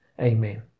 Amen